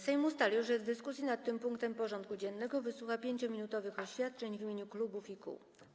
Sejm ustalił, że w dyskusji nad tym punktem porządku dziennego wysłucha 5-minutowych oświadczeń w imieniu klubów i kół.